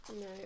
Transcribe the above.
No